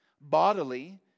bodily